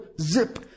zip